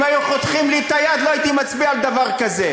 אם היו חותכים לי את היד לא הייתי מצביע על דבר כזה,